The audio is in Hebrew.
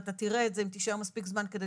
ואתה תראה את זה אם תישאר מספיק זמן כדי